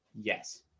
Yes